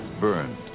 burned